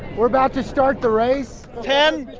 we're about to start the race ten,